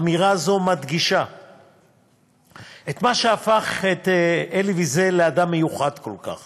אמירה זו מדגישה את מה שהפך את אלי ויזל לאדם מיוחד כל כך: